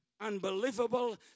unbelievable